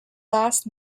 last